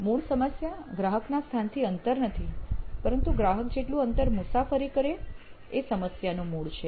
મૂળ સમસ્યા ગ્રાહકના સ્થાનથી અંતર નથી પરંતુ ગ્રાહક જેટલું અંતર મુસાફરી કરે એ સમસ્યાનું મૂળ છે